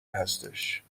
هستش